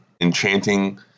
enchanting